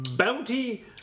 Bounty